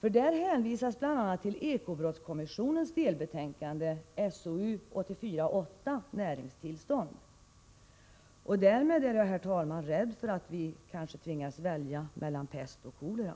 Där hänvisas bl.a. till ekobrottskommissionens delbetänkande SOU 1984:8, Näringstillstånd. Därför är jag, herr talman, rädd för att vi kanske tvingas välja mellan pest och kolera.